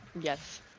Yes